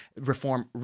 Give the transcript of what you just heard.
reform